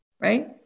Right